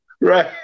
right